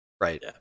Right